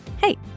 Hey